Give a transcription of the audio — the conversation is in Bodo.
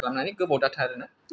बांद्राय गोबाव दाथा आरोना